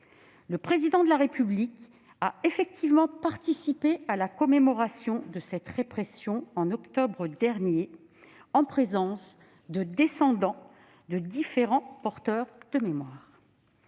le Président de la République a participé à la commémoration de cette répression en octobre dernier, en présence de descendants des différents porteurs de mémoire.